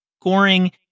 scoring